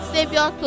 Savior